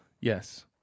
Yes